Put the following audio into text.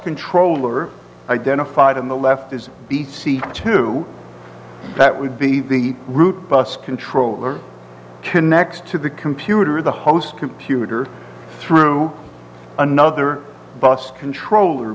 controller identified on the left is b t two that would be the route bus controller connects to the computer the host computer through another bus controller